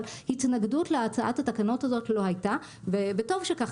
אבל התנגדות להצעת התקנות הזאת לא הייתה וטוב שכך,